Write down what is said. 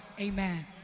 Amen